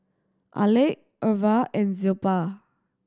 Alek Irva and Zilpah